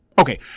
Okay